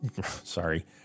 sorry